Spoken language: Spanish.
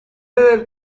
del